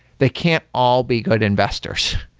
they can't all be good investors,